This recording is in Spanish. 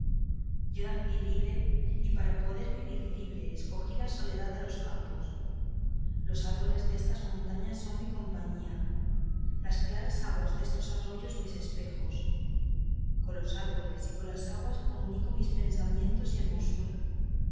yo nací libre y para poder vivir libre escogí la soledad de los campos los árboles destas montañas son mi compañía las claras aguas destos arroyos mis espejos con los árboles y con las aguas comunico mis pensamientos y hermosura